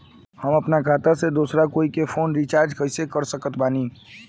हम अपना खाता से दोसरा कोई के फोन रीचार्ज कइसे कर सकत बानी?